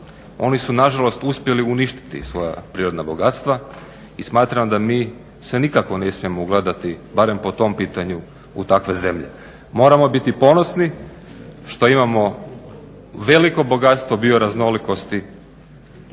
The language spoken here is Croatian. Oni su na žalost uspjeli uništiti svoja prirodna bogatstva i smatram da mi se nikako ne smijemo ugledati barem po tom pitanju u takve zemlje. Moramo biti ponosni što imamo veliko bogatstvo bioraznolikosti